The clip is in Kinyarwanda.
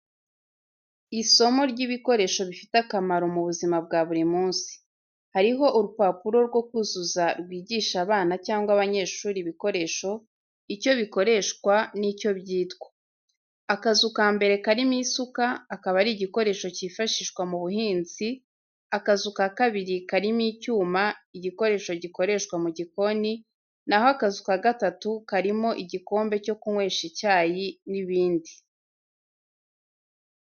Isomo ry'ibikoresho bifite akamaro mu buzima bwa buri munsi. Hariho urupapuro rwo kuzuza rwigisha abana cyangwa abanyeshuri ibikoresho, icyo bikoreshwa n'icyo byitwa. Akazu kambere karimo isuka, akaba ari igikoresho cyifashishwa mu buhinzi, akazu ka kabiri karimo icyuma, igikoresho gikoreshwa mu gikoni na ho akazu ka gatatu karimo igikombe cyo kunywesha icyayi n'ibindi.